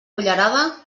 cullerada